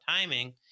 timing